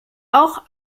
auch